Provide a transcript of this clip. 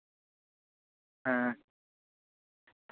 ᱦᱮᱸ